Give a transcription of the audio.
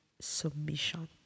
submission